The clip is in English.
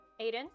Aiden